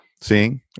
seeing